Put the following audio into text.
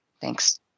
Thanks